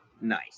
nice